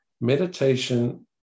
meditation